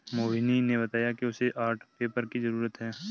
मोहिनी ने बताया कि उसे आर्ट पेपर की जरूरत है